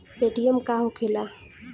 Paytm का होखेला?